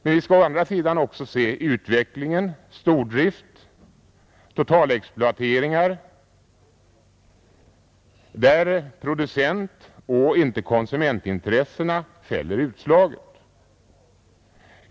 Men vi skall å andra sidan se utvecklingen: stordrift, totalexploateringar där producentoch inte konsumentintressena fäller utslaget.